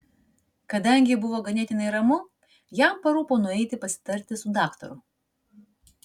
kadangi buvo ganėtinai ramu jam parūpo nueiti pasitarti su daktaru